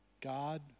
God